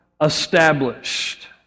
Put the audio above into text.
established